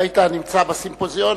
אם היית נמצא בסימפוזיון,